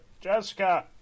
Jessica